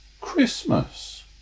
Christmas